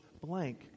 blank